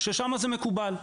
ששם זה מקובל,